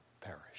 perish